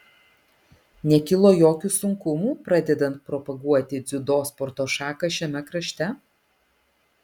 nekilo jokių sunkumų pradedant propaguoti dziudo sporto šaką šiame krašte